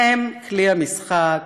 הם כלי המשחק,